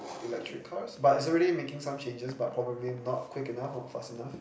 electric cars but it's already making some changes but probably not quick enough not fast enough